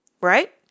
Right